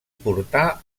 portà